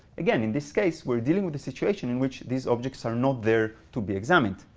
again, in this case we're dealing with a situation in which these objects are not there to be examined.